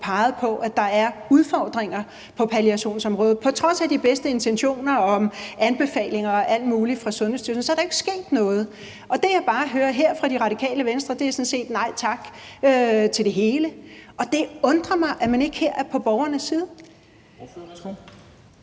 peget på, at der er udfordringer på palliationsområdet; på trods af de bedste intentioner om anbefalinger og alt muligt fra Sundhedsstyrelsen så er der ikke sket noget. Det, jeg bare hører her fra Radikale Venstre, er sådan set et nej tak til det hele, og det undrer mig, at man ikke her er på borgernes side.